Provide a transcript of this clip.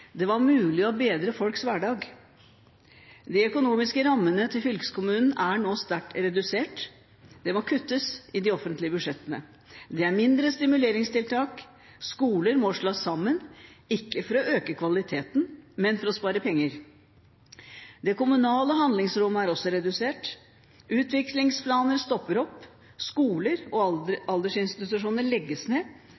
Det var mulig å bedre folks hverdag. De økonomiske rammene til fylkeskommunen er nå sterkt redusert. Det må kuttes i de offentlige budsjettene. Det er færre stimuleringstiltak, skoler må slås sammen – ikke for å øke kvaliteten, men for å spare penger. Det kommunale handlingsrommet er også redusert. Utviklingsplaner stopper opp, skoler og